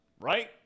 right